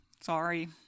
Sorry